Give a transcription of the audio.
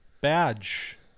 badge